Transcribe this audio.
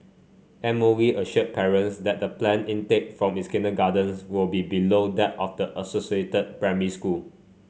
M O E assured parents that the planned intake from its kindergartens will be below that of the associated primary school